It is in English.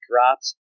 drops